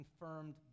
confirmed